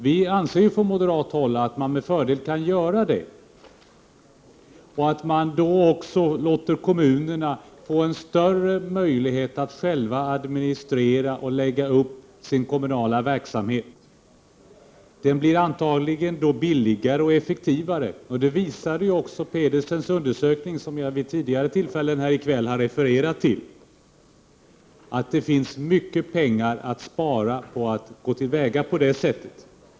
Vi moderater anser att man med fördel kan göra det och att man låter kommunerna få större möjligheter att själva administrera och lägga upp den kommunala verksamheten. Det blir antagligen både billigare och effektivare. Det visar också Jan Thore Pedersens undersökning, som jag tidigare i kväll har refererat till. Det finns alltså mycket pengar att spara på att gå till väga på det sättet.